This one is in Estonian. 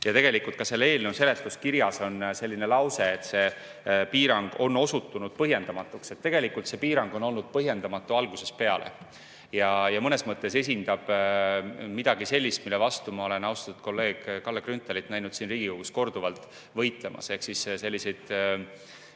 Tegelikult on ka selle eelnõu seletuskirjas öeldud, et see piirang on osutunud põhjendamatuks. Tegelikult on see piirang olnud põhjendamatu algusest peale ja mõnes mõttes esindab midagi sellist, mille vastu ma olen austatud kolleeg Kalle Grünthalit näinud siin Riigikogus korduvalt võitlemas, ehk selliseid